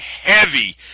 heavy